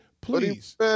Please